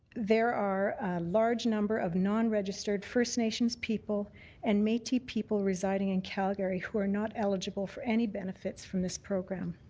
there are a large number of nonregistered first nations people and metis people residing in calgary who are not eligible for any benefits from this program.